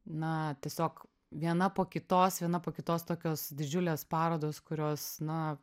na tiesiog viena po kitos viena po kitos tokios didžiulės parodos kurios na